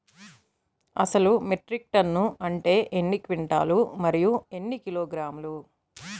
అసలు metric tonne అంటే ఎన్ని క్వింటాలు మరియు ఎన్ని కిలోగ్రాములు?